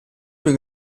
più